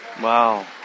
Wow